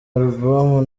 album